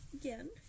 again